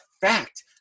fact